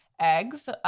eggs